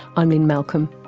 i'm lynne malcolm,